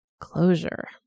closure